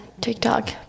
TikTok